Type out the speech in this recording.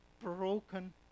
broken